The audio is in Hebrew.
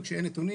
וכשאין נתונים,